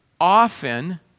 often